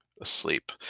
asleep